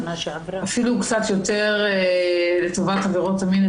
אפילו קצת יותר לטובת עבירות המין,